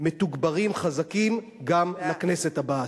מתוגברים וחזקים לכנסת הבאה.